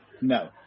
No